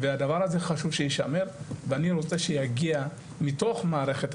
והדבר הזה חשוב שיישמר ואני רוצה שיגיע מתוך מערכת,